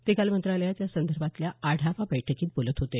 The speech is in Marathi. ते काल मंत्रालयात यासंदर्भातल्या आढावा बैठकीत बोलत होते